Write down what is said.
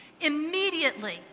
Immediately